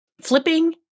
flipping